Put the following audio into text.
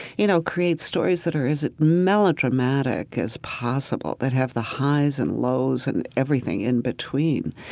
you know, create stories that are as melodramatic as possible, that have the highs and lows and everything in between.